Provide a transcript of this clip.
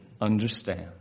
understand